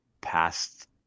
past